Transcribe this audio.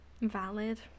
valid